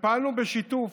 ופעלנו בשיתוף.